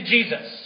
Jesus